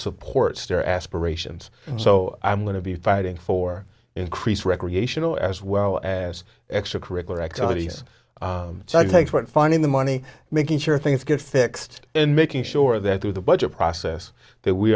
supports their aspirations so i'm going to be fighting for increased recreational as well as extracurricular activities so i think what finding the money making sure things get fixed and making sure that through the budget process that we